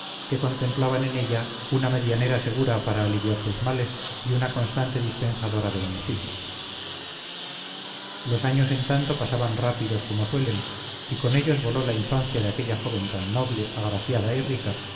que contemplaban en ella una medianera segura para aliviar sus males y una constante dispensadora de beneficios los años en tanto pasaban rápidos como suelen y con ellos voló la infancia de aquella joven tan noble agraciada y rica